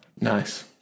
Nice